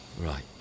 Right